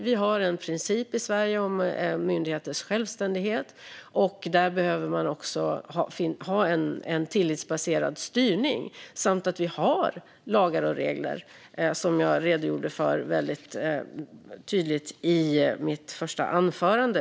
Vi har en princip i Sverige om myndigheters självständighet, och där behöver man också ha en tillitsbaserad styrning. Vi har också lagar och regler, som jag redogjorde för väldigt tydligt i mitt första inlägg.